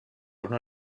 una